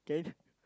can